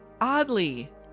oddly